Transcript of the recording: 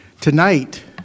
Tonight